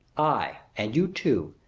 ay, and you too,